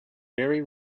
very